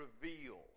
reveal